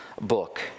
book